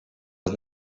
was